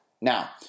Now –